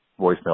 voicemail